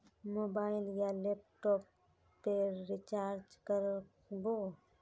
Mobile या laptop पेर recharge कर बो?